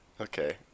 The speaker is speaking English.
Okay